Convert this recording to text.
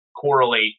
correlate